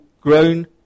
grown